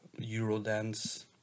Eurodance